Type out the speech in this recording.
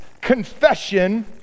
confession